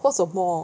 喝什么